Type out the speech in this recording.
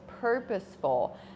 purposeful